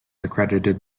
accredited